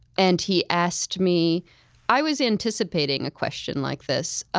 and he asked me i was anticipating a question like this,